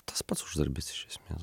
tas pats uždarbis iš esmės